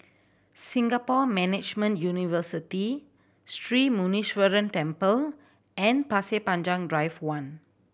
Singapore Management University Sri Muneeswaran Temple and Pasir Panjang Drive One